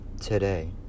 today